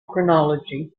chronology